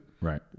Right